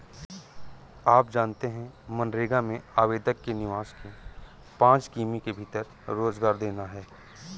आप जानते है मनरेगा में आवेदक के निवास के पांच किमी के भीतर रोजगार देना है?